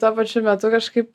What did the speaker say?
tuo pačiu metu kažkaip